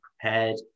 prepared